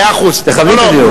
הוא צודק.